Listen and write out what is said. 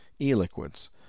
e-liquids